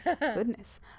Goodness